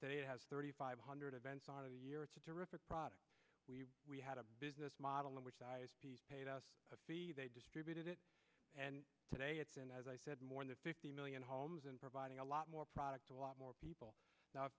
that it has thirty five hundred events on a year it's a terrific product we had a business model in which they paid us a fee they distributed it and today it's in as i said more than fifty million homes and providing a lot more product to a lot more people now if